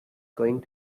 going